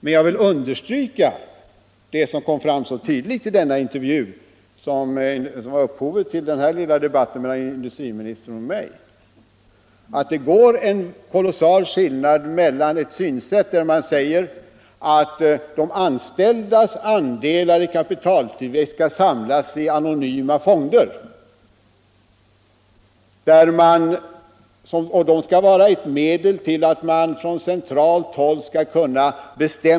Men jag vill understryka — och det kom också fram tydligt i den intervju som var upphov till denna lilla debatt mellan industriministern och mig —- att det är en kolossal skillnad på synsätten. På ena hållet säger man att de anställdas andelar i kapitaltillväxten skall samlas i anonyma fonder och vara ett medel att bestämma över företagen från centralt håll.